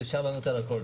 אפשר לענות על הכול.